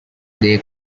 they